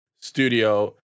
studio